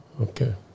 Okay